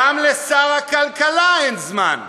גם לשר הכלכלה אין זמן,